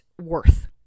worth